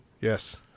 yes